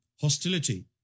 hostility